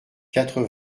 quatre